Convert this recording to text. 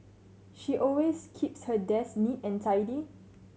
she always keeps her desk neat and tidy